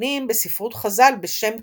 המכונים בספרות חז"ל בשם "כותים"